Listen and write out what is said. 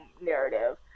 narrative